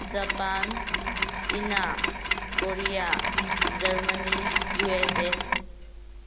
Japan China Korea Germany USA